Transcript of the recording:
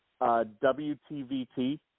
WTVT